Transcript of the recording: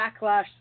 backlash